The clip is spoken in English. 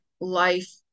life